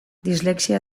dislexia